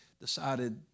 decided